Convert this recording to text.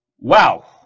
Wow